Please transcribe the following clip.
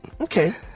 Okay